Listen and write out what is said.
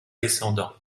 descendant